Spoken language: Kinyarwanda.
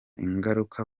ingaruka